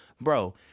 bro